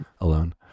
alone